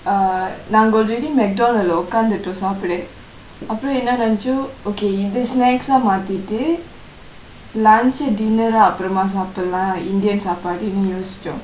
uh நாங்க:naangka already macdonalds உட்காந்துட்டோம் அப்பிரொ என்ன நினைச்சோ:utkaanthuttom saapda appro enna nanaicho okay இதே:itha snacks மாதிட்டு:maathittu lunch dinner அப்பிரமா சாப்லா:apprumaa saaplaa indian சாப்பாடுனு யோசித்தோம்:saapaadunu yosithom